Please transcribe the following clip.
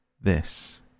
This